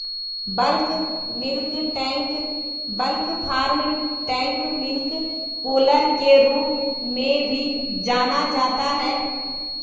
bulk milk tank bulk farm tank milk cooler के रूप में भी जाना जाता है,